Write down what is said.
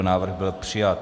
Návrh byl přijat.